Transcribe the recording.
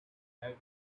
have